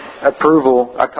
Approval